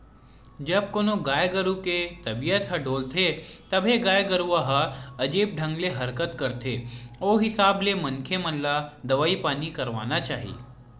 जब कोनो गाय गरु के तबीयत ह डोलथे तभे गाय गरुवा ह अजीब ढंग ले हरकत करथे ओ हिसाब ले मनखे मन ल दवई पानी करवाना चाही